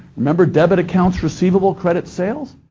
remember debit accounts receivable, credit sales?